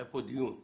התקיים דיון בנושא.